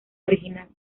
original